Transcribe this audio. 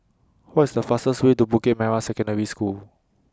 What IS The fastest Way to Bukit Merah Secondary School